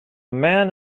man